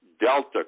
Delta